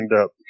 up